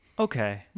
Okay